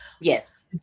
yes